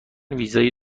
ویزای